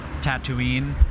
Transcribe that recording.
Tatooine